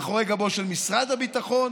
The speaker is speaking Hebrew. מאחורי גבו של משרד הביטחון,